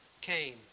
came